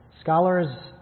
Scholars